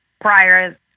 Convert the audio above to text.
prior